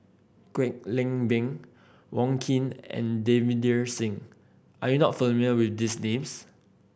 Kwek Leng Beng Wong Keen and Davinder Singh are you not familiar with these names